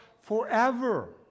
forever